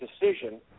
decision